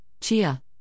chia